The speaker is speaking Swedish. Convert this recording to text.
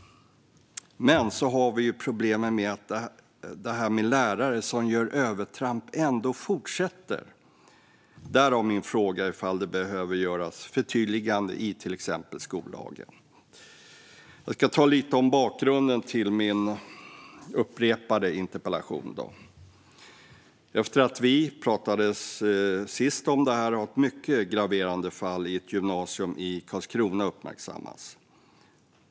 Men så har vi problemen med att lärare som gör övertramp ändå fortsätter. Därav följer min fråga om det behöver göras förtydliganden i till exempel skollagen. Jag ska tala lite om bakgrunden till min upprepade interpellation. Efter att vi pratades vid sist om det här har ett mycket graverande fall i ett gymnasium i Karlskrona uppmärksammats.